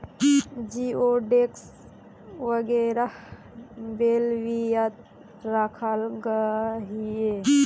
जिओडेक्स वगैरह बेल्वियात राखाल गहिये